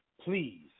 please